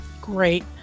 great